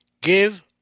give